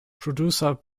producer